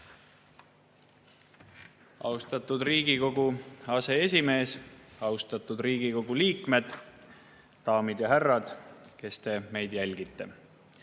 Austatud Riigikogu aseesimees! Austatud Riigikogu liikmed! Daamid ja härrad, kes te meid jälgite!